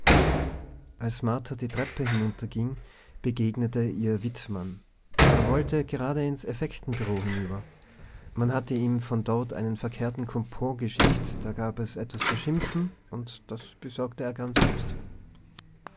als martha die treppe hinunterging begegnete ihr wittmann er wollte gerade ins effektenbureau hinüber man hatte ihm von dort einen verkehrten coupon geschickt da gab es etwas zu schimpfen und das besorgte er gern selbst